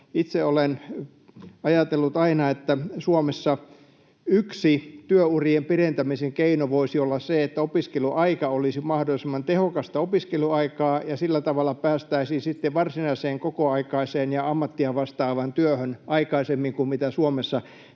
itse olen ajatellut aina, että Suomessa yksi työurien pidentämisen keino voisi olla se, että opiskeluaika olisi mahdollisimman tehokasta opiskeluaikaa, ja sillä tavalla päästäisiin sitten varsinaiseen kokoaikaiseen ja ammattia vastaavaan työhön aikaisemmin kuin mitä Suomessa nykyisin